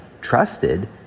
trusted